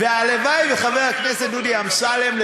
הלוואי שחבר הכנסת דודי אמסלם,